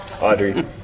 Audrey